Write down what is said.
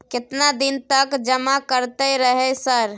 केतना दिन तक जमा करते रहे सर?